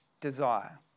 Desire